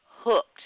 hooked